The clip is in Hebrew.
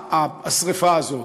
נבעה השרפה הזאת,